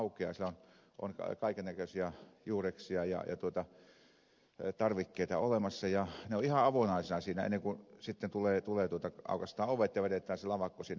siellä on kaikennäköisiä juureksia ja tarvikkeita ja ne ovat ihan avonaisina siinä ennen kuin aukaistaan ovet ja vedetään lavakko sinne